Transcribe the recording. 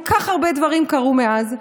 כל כך הרבה דברים קרו מאז,